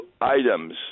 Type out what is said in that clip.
items